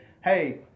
hey